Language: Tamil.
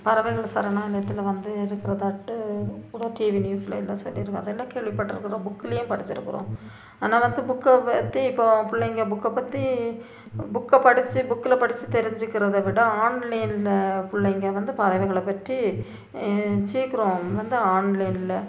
பறவைகள் சரணாலயத்தில் வந்து இருக்கிறதாட்டு கூட டீவி நியூஸ்ல எல்லாம் சொல்லியிருக்கு அதெல்லாம் கேள்விப்பட்டிருக்குறோம் புக்குலேயும் படிச்சிருக்கிறோம் ஆனால் அந்த புக்கை பற்றி இப்போது பிள்ளைங்க புக்கை பற்றி புக்கை படித்து புக்கில் படிச்சு தெரிஞ்சிக்கிறதை விட ஆன்லைன்ல பிள்ளைங்க வந்து பறவைகளை பற்றி சீக்கிரம் வந்து ஆன்லைன்ல